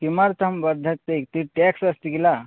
किमर्थं वर्धते इति टेक्स् अस्ति किल